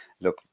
look